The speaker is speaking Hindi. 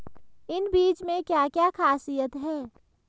इन बीज में क्या क्या ख़ासियत है?